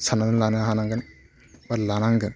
साननानै लानो हानांगोन बा लानांगोन